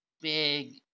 big